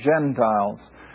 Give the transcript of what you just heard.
Gentiles